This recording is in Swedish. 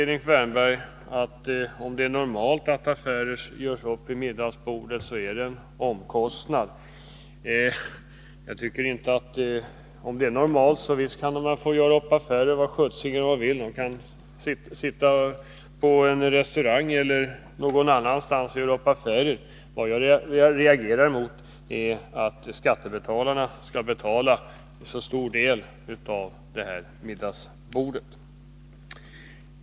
Erik Wärnberg sade vidare, att om det är normalt att affärer görs upp vid middagsbordet, så är det en omkostnad. Jag tycker för min del att om det är normalt, så visst kan man få göra upp affärer var som helst — man kan få sitta på en restaurang eller någon annanstans. Det jag reagerar mot är att skattebetalarna skall stå för en så stor del av kostnaden för middagsbordet.